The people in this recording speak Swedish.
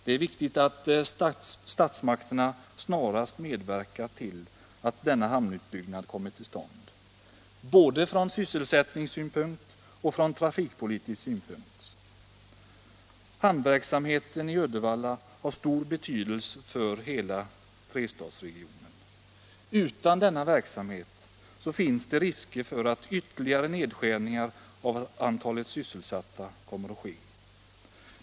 Det är viktigt att statsmakterna snarast medverkar till att denna hamnutbyggnad kommer till stånd, både från sysselsättningssynpunkt och från trafikpolitisk synpunkt. Hamnverksamheten i Uddevalla har stor betydelse för hela trestadsregionen. Utan denna verksamhet finns risker för ytterligare nedskärningar av antalet anställda.